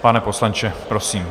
Pane poslanče, prosím.